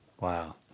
Wow